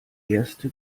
erste